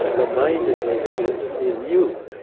the mind is an experience in you.